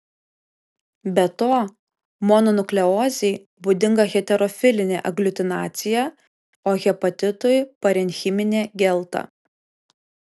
be to mononukleozei būdinga heterofilinė agliutinacija o hepatitui parenchiminė gelta